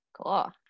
Cool